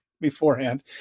beforehand